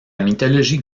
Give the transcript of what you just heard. mythologie